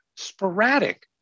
Sporadic